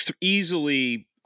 easily